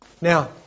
Now